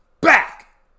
Back